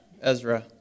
Ezra